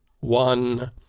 one